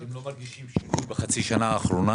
אתם לא מרגישים שינוי בחצי השנה האחרונה